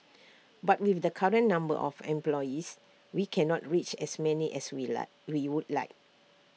but with the current number of employees we cannot reach as many as we like we would like